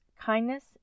kindness